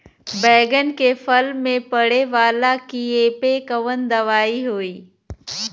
बैगन के फल में पड़े वाला कियेपे कवन दवाई होई?